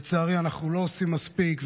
לצערי אנחנו לא עושים מספיק,